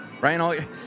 Ryan